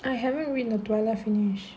I haven't read the twilight finish